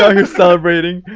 ah here celebrating.